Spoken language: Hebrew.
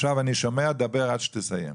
העבודה, ועד מתי זה יהיה?